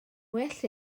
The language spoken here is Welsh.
well